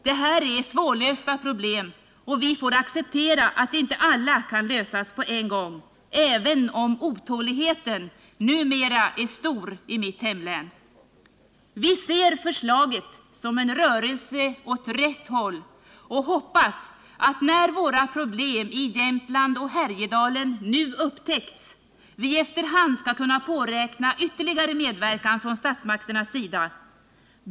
Det här är svårlösta problem, och vi får acceptera att inte alla kan lösas på en gång, även om otåligheten numera är stor i mitt hemlän. Vi ser förslaget som en rörelse åt rätt håll och hoppas att, när våra problem i Jämtland och Härjedalen nu har upptäckts, vi efter hand skall kunna påräkna ytterligare medverkan från statsmakternas sida.